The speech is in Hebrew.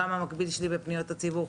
גם המקביל שלי בפניות הציבור,